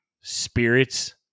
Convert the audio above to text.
spirits